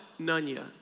Nanya